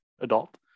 adult